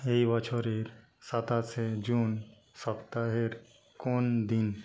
এই বছরের সাতাশে জুন সপ্তাহের কোন দিন